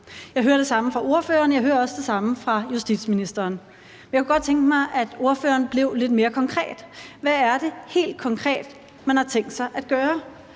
jeg hører også det samme fra justitsministeren. Jeg kunne godt tænke mig, at ordføreren blev lidt mere konkret: Hvad er det helt konkret, man har tænkt sig at gøre?